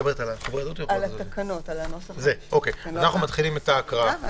אז נתחיל את ההקראה.